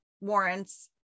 warrants